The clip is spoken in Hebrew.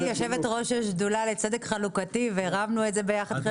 אני שמח ששר הגליל והנגב דיבר על מה שהולכים לעשות במשרד הזה.